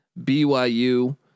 BYU